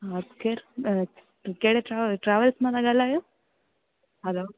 हा केड़ कहिड़े ट्रेवि ट्रेविल्स मां था ॻाल्हायो हेलो